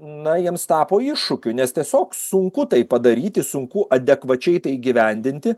na jiems tapo iššūkiu nes tiesiog sunku tai padaryti sunku adekvačiai tai įgyvendinti